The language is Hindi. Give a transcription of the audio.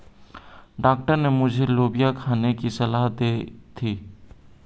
डॉक्टर ने मुझे लोबिया खाने की सलाह दी थी